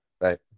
Right